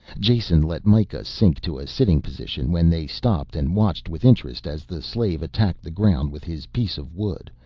jason let mikah sink to a sitting position when they stopped and watched with interest as the slave attacked the ground with his piece of wood,